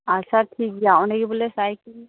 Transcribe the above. ᱟᱪᱷᱟ ᱴᱷᱤᱠ ᱜᱮᱭᱟ ᱚᱸᱰᱮ ᱜᱮ ᱵᱚᱞᱮ ᱥᱟᱭᱠᱮᱞ